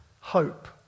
hope